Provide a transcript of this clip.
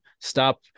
stop